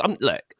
Look